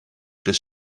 des